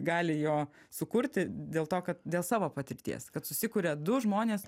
gali jo sukurti dėl to kad dėl savo patirties kad susikuria du žmonės